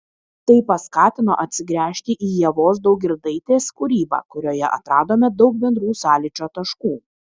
tai paskatino atsigręžti į ievos daugirdaitės kūrybą kurioje atradome daug bendrų sąlyčio taškų